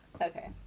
Okay